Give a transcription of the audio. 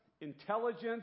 intelligence